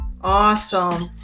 Awesome